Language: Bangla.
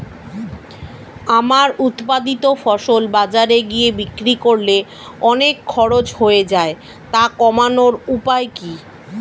আমার উৎপাদিত ফসল বাজারে গিয়ে বিক্রি করলে অনেক খরচ হয়ে যায় তা কমানোর উপায় কি?